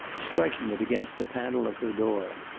striking it against the panel of her door.